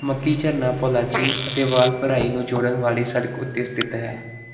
ਮੱਕੀ ਝਰਨਾ ਪੋਲਾਚੀ ਅਤੇ ਵਾਲ ਪਰਾਈ ਨੂੰ ਜੋੜਨ ਵਾਲੀ ਸੜਕ ਉੱਤੇ ਸਥਿਤ ਹੈ